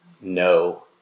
no